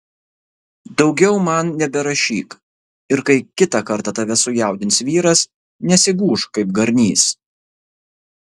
daugiau man neberašyk ir kai kitą kartą tave sujaudins vyras nesigūžk kaip garnys